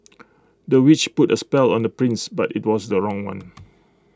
the witch put A spell on the prince but IT was the wrong one